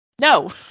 No